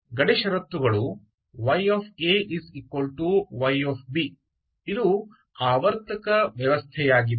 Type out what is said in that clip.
ಗಡಿ ಷರತ್ತುಗಳು ya yಇದು ಆವರ್ತಕ ವ್ಯವಸ್ಥೆಯಾಗಿದೆ